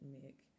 make